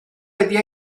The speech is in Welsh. wedi